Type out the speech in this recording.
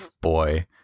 boy